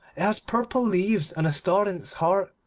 it has purple leaves, and a star in its heart,